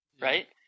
right